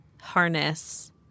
harness